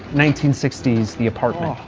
nineteen sixty s the apartment.